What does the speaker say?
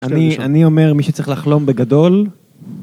אני אומר, מי שצריך לחלום בגדול...